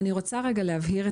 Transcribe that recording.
אני רוצה רגע להבהיר את העמדה.